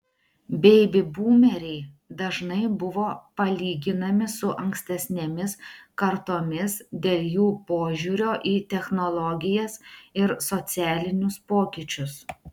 beibi būmeriai dažnai buvo palyginami su ankstesnėmis kartomis dėl jų požiūrio į technologijas ir socialinius pokyčius